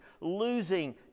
losing